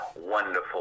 wonderful